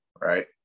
right